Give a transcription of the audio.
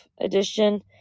edition